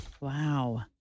Wow